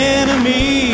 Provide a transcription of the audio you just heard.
enemy